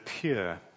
pure